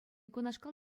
кунашкал